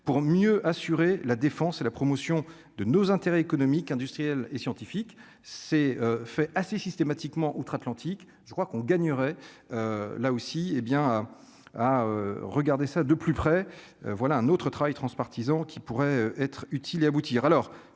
pour mieux assurer la défense et la promotion de nos intérêts économiques, industriels et scientifiques c'est fait assez systématiquement outre-Atlantique je crois qu'on gagnerait, là aussi, hé bien à regarder ça de plus près, voilà un autre travail transpartisan qui pourrait être utile et aboutir